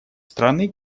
страны